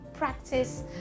practice